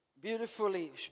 beautifully